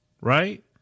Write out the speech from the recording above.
Right